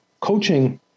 coaching